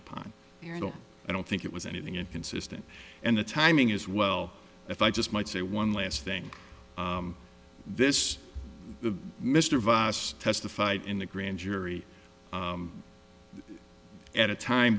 upon you know i don't think it was anything inconsistent and the timing is well if i just might say one last thing this mr vice testified in the grand jury at a time